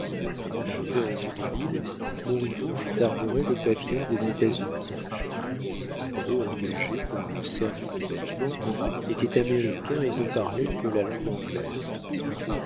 avant d'arriver en vue de l'île montriveau fit arborer le pavillon des états-unis les matelots engagés pour le service du bâtiment étaient américains et ne parlaient que la langue anglaise